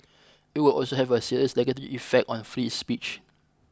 it would also have a serious negative effect on free speech